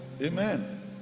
Amen